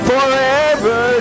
Forever